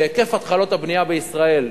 שהיקף התחלות הבנייה בישראל ב-2011,